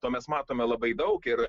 to mes matome labai daug ir